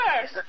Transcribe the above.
Yes